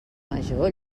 major